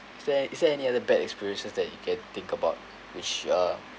is is there is there any other bad experiences that you can think about which uh